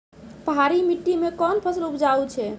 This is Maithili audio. पहाड़ी मिट्टी मैं कौन फसल उपजाऊ छ?